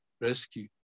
rescue